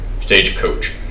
Stagecoach